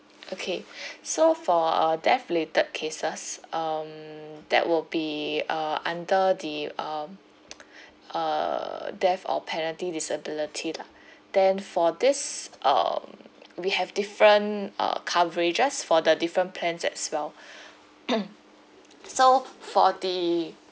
okay so for uh death related cases um that will be uh under the um uh death or penalty disability lah then for this um we have different uh coverages for the different plans as well so for the